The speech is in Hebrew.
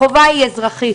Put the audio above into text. החובה היא נישואים אזרחיים,